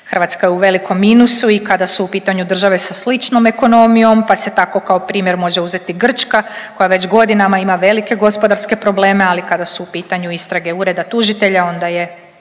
Hrvatska je u velikom minusu i kada su u pitanju države sa sličnom ekonomijom, pa se tako kao primjer može uzeti Grčka koja već godinama ima velike gospodarske probleme, ali kada su u pitanju istrage ureda tužitelja onda je